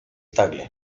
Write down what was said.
tagle